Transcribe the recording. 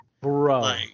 Bro